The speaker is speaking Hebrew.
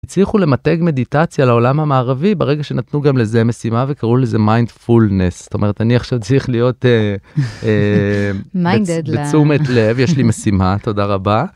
הצליחו למתג מדיטציה לעולם המערבי ברגע שנתנו גם לזה משימה וקראו לזה מיינדפולנס זאת אומרת אני עכשיו צריך להיות בתשומת לב יש לי משימה, תודה רבה.